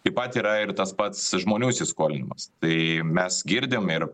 taip pat yra ir tas pats žmonių įsiskolinimas tai mes girdim ir